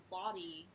body